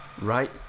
Right